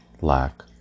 lack